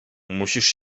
musisz